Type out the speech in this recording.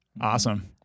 Awesome